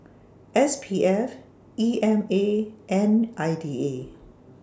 S P F E M A and I D A